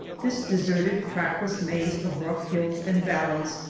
this deserted, trackless maze of rough hills and valleys,